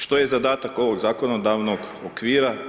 Što je zadatak ovog zakonodavnog okvira?